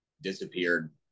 disappeared